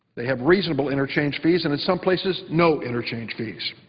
they have reasonable interchange fees and in some places no interchange fees.